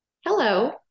Hello